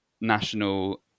national